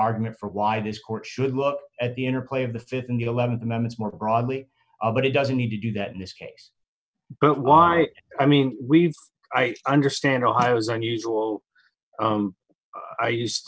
argument for why this court should look at the interplay of the th and the th amendments more broadly but it doesn't need to do that in this case but why i mean we've i understand ohio is unusual i used